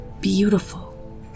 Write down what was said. beautiful